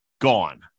gone